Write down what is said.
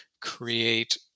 create